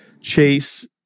Chase